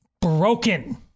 broken